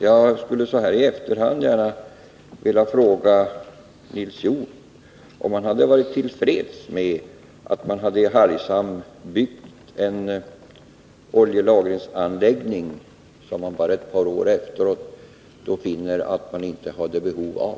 Jag skulle så här i efterhand gärna vilja fråga Nils Hjorth, om han hade varit till freds med att man i Hargshamn hade byggt en oljelagringsanläggning som man efter ett par år funnit att man inte har behov av.